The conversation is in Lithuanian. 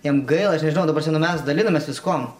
jiem gaila aš nežinau ta prasme nu mes dalinamės viskuom